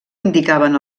indicaven